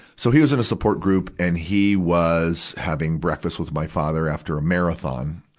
so he was in a support group, and he was having breakfast with my father after a marathon.